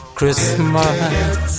Christmas